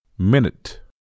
minute